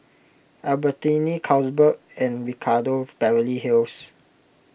Albertini Carlsberg and Ricardo Beverly Hills